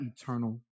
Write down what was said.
eternal